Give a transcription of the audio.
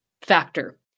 factor